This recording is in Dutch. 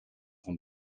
van